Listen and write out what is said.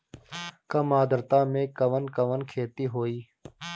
कम आद्रता में कवन कवन खेती होई?